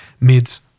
mids